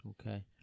Okay